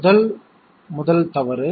முதல் 1 தவறு